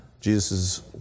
Jesus